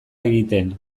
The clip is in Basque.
egiten